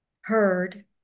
heard